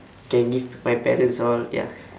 can give my parents all ya